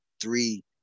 three